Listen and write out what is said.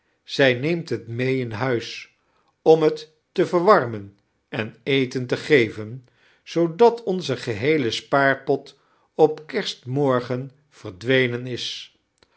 zij neemt het mee in huis om het te verwarmen en eten te geven zoodat onize geheele spaarpot op ketrstmorgen verdwenen is